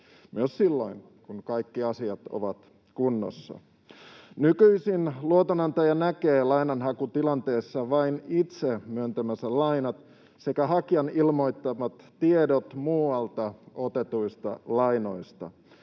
myös silloin kun kaikki asiat ovat kunnossa. Nykyisin luotonantaja näkee lainanhakutilanteessa vain itse myöntämänsä lainat sekä hakijan ilmoittamat tiedot muualta otetuista lainoista.